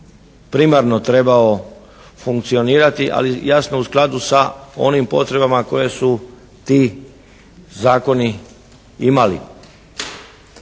primarno trebao funkcionirati ali jasno u skladu sa onim potrebama koje su ti zakoni imali.